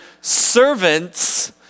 servants